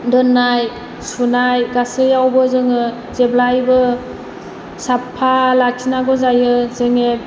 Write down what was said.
दोन्नाय सुनाय गासैयावबो जोङो जेब्लायबो साफा लाखिनांगौ जायो जोंनि